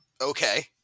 Okay